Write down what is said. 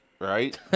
Right